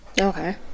Okay